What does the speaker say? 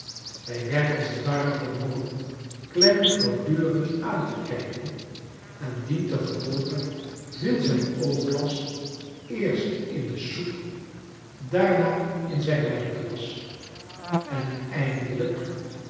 hij weitl als t ware gedwongen clennam voortdurend aan te kijken en dientengevolge viel zijn oogglas eerst in de soep daarna in zijn wijnglas en eindelijk